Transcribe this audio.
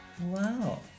Wow